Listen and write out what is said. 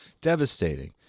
devastating